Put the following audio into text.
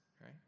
right